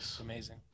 Amazing